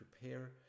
prepare